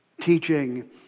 teaching